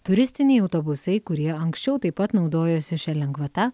turistiniai autobusai kurie anksčiau taip pat naudojosi šia lengvata